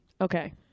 Okay